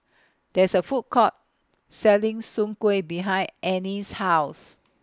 There IS A Food Court Selling Soon Kueh behind Anne's House